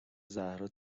زهرا